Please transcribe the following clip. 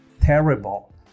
terrible